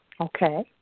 okay